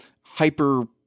hyper